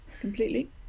completely